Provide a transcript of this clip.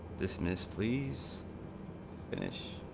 this mess please finish